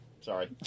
Sorry